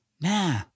nah